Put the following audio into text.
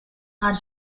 are